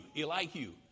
Elihu